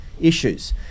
Issues